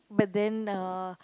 but then uh